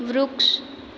વૃક્ષ